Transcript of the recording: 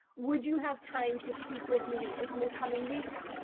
would you have time to speak with me in the coming weeks?